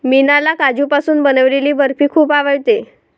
मीनाला काजूपासून बनवलेली बर्फी खूप आवडते